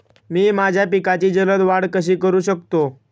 मी माझ्या पिकांची जलद वाढ कशी करू शकतो?